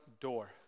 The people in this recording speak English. door